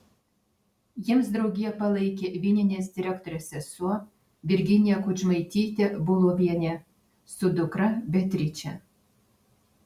jiems draugiją palaikė vyninės direktorės sesuo virginija kudžmaitytė bulovienė su dukra beatriče